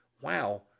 wow